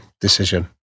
decision